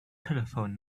telephone